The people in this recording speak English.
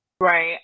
Right